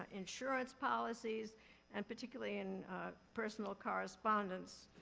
ah insurance policies and particularly in personal correspondence.